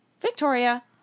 Victoria